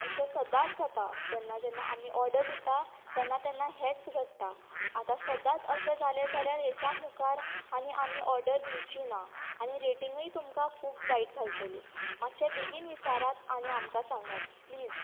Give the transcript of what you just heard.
अशें सदांच जाता जेन्ना जेन्ना आमी ऑर्डर दिता तेन्नां तेन्नां हेच घडटा आता सदांच अशें जाले जाल्यार हेच्या मुखार आनी आमी ऑर्डर दिवची ना आनी रेटींगय तुमकां खूब वायट घालतली मातशें बेगीन विचारात आनी आमकां सांगात प्लिज